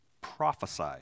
Prophesy